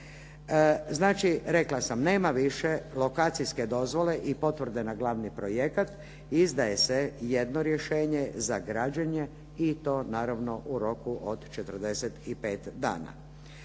Znači, rekla sam nema više lokacijske dozvole i potvrde na glavni projekat. Izdaje se jedno rješenje za građenje i to naravno u roku od 45 dana.